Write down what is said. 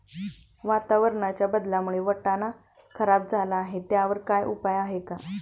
वातावरणाच्या बदलामुळे वाटाणा खराब झाला आहे त्याच्यावर काय उपाय आहे का?